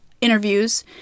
interviews